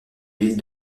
ville